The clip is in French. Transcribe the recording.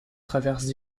traversent